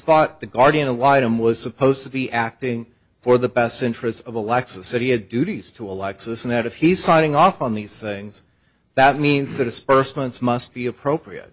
thought the guardian allied him was supposed to be acting for the best interests of alexis said he had duties to alexis and that if he's signing off on these things that means the dispersants must be appropriate